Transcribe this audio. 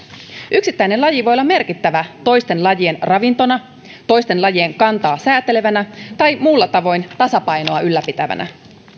yksittäinen laji voi olla merkittävä toisten lajien ravintona toisten lajien kantaa säätelevänä tai muulla tavoin tasapainoa ylläpitävänä